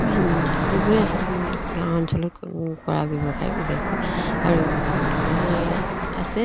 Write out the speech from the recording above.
আমি এইবোৰে গাঁও অঞ্চলত কৰা ব্যৱসায় বিশেষকৈ আৰু আছে